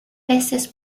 veces